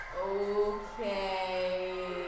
Okay